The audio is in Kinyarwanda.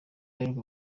aheruka